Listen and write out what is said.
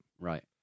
Right